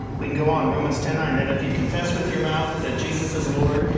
we can go on, romans ten nine, that if you confess with your mouth that jesus is lord,